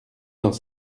dans